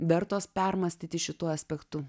vertos permąstyti šituo aspektu